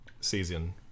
season